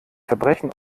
verbrechen